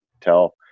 tell